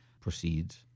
proceeds